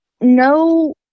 no